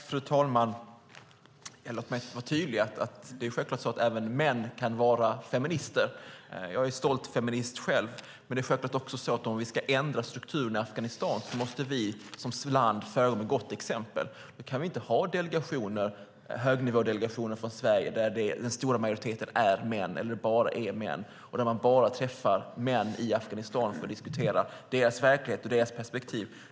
Fru talman! Låt mig vara tydlig: Det är självklart att även män kan vara feminister. Jag är själv stolt feminist. Men det är också självklart att om vi ska ändra strukturerna i Afghanistan måste vi som land föregå med gott exempel. Då kan vi inte ha högnivådelegationer från Sverige där den stora majoriteten är män eller består av bara män och där man träffar bara män i Afghanistan för att diskutera deras verklighet och deras perspektiv.